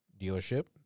dealership